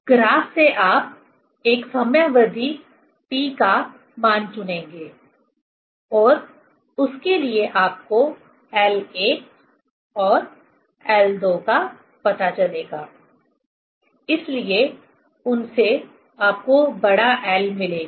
graph से आप एक समयावधि T का मान चुनेंगे और उसके लिए आपको l1 और l2 का पता चलेगा इसलिए उनसे आपको बड़ा L मिलेगा